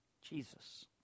Jesus